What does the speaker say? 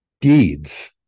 deeds